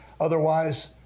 Otherwise